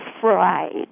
fried